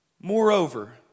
Moreover